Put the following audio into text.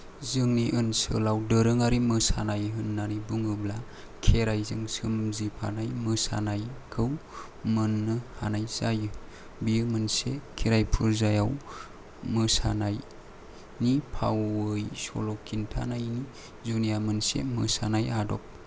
जोंनि ओनसोलाव दोरोंआरि मोसानाय होन्नानै बुङोब्ला खेराइजों सोमजिफानाय मोसानायखौ मोननो हानाय जायो बेयो मोनसे खेराइ फुजायाव मोसानायनि फावै सल' खिन्थानायनि जुनिया मोनसे मोसानाय आदब